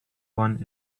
one